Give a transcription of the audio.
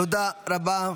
תודה רבה.